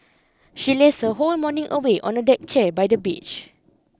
she lazed her whole morning away on a deck chair by the beach